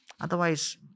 Otherwise